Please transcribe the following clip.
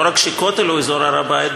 לא רק שהכותל הוא אזור הר-הבית,